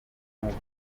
nk’uko